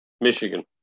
Michigan